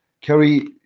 Kerry